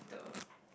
the